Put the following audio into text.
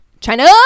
China